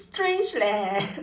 strange leh